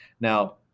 Now